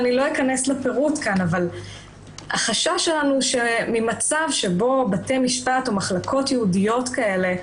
ולא אכנס כאן לפירוט הוא ממצב שבו בתי משפט או מחלקות ייעודיות כאלה,